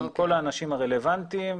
עם כל האנשים הרלוונטיים,